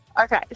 Okay